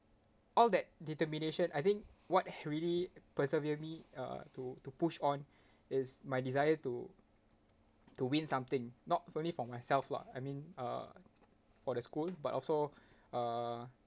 all that determination I think what really persevere me uh to to push on is my desire to to win something not only for myself lah I mean uh for the school but also uh